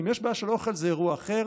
אם יש בעיה של אוכל, זה אירוע אחר.